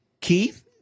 Keith